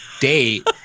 date